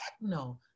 no